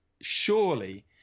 surely